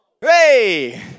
Hey